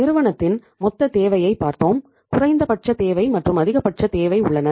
நிறுவனத்தின் மொத்த தேவையை பார்த்தோம் குறைந்தபட்ச தேவை மற்றும் அதிகபட்ச தேவை உள்ளன